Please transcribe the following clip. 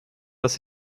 dass